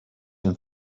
and